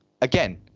again